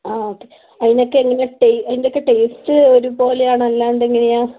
ആ ഓക്കേ അതിനൊക്കെ എങ്ങനെയാണ് അതിൻ്റെയൊക്കെ ടേസ്റ്റ് ഒരുപോലെ ആണോ അല്ലാണ്ടെങ്ങനെയാണ്